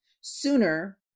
sooner